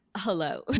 Hello